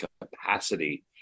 capacity